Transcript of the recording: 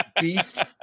beast